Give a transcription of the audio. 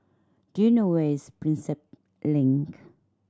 do you know where is Prinsep Link